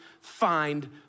find